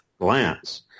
glance